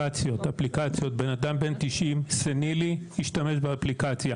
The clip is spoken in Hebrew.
בן אדם בן 90, סנילי, ישתמש באפליקציה?